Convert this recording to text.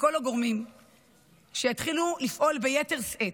מכל הגורמים שיתחילו לפעול ביתר שאת,